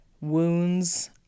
wounds